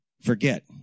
forget